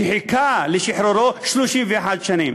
שחיכה לשחרורו 31 שנים.